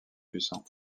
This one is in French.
puissants